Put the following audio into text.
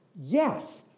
yes